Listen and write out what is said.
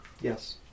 Yes